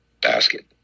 basket